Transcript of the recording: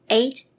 eight